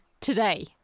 today